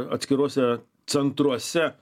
atskiruose centruose